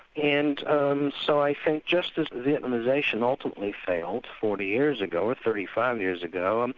and um so i think just as vietnamisation ultimately failed forty years ago, or thirty five years ago, and